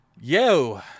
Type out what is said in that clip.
yo